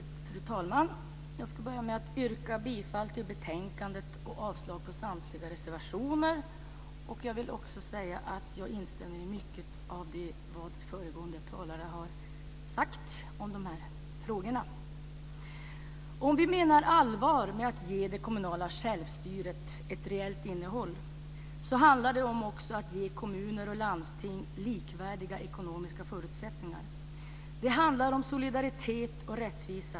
Fru talman! Jag ska börja med att yrka bifall till hemställan i betänkandet och avslag på samtliga reservationer. Jag vill också säga att jag instämmer i mycket av det som föregående talare har sagt i dessa frågor. Om vi menar allvar med att ge det kommunala självstyret ett reellt innehåll så handlar det om också att ge kommuner och landsting likvärdiga ekonomiska förutsättningar. Det handlar om solidaritet och rättvisa.